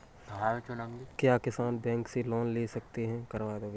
क्या किसान बैंक से लोन ले सकते हैं?